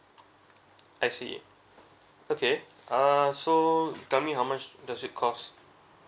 I see okay err so tell me how much does it cost